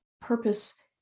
purpose